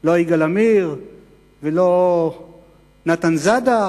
לא יגאל עמיר ולא נתן זאדה